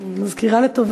נתקבלה.